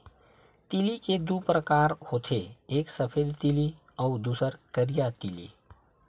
तिली के दू परकार होथे एक सफेद तिली अउ दूसर करिया तिली